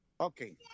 Okay